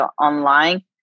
online